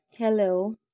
Hello